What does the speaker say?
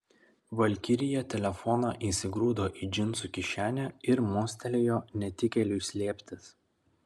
valkirija telefoną įsigrūdo į džinsų kišenę ir mostelėjo netikėliui slėptis